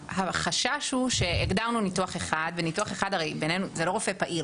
החשש הוא שהגדרנו ניתוח אחד וניתוח אחד הרי בינינו זה לא רופא פעיל,